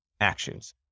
actions